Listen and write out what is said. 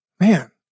man